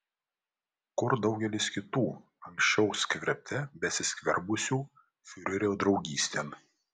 kur daugelis kitų anksčiau skverbte besiskverbusių fiurerio draugystėn